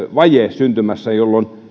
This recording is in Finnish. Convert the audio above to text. syntymässä jolloin